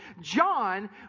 John